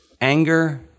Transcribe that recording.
anger